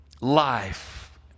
life